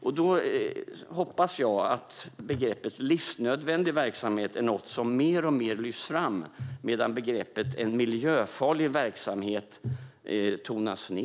Jag hoppas att begreppet livsnödvändig verksamhet lyfts fram mer och mer medan begreppet miljöfarlig verksamhet tonas ned.